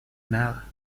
nada